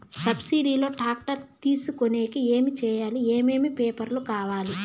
Subsidy లో tractor తీసుకొనేకి ఏమి చేయాలి? ఏమేమి పేపర్లు కావాలి?